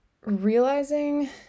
realizing